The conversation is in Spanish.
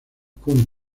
cum